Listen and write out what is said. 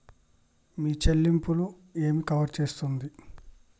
మీ చెల్లింపు ఏమి కవర్ చేస్తుంది?